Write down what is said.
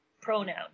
pronoun